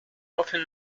often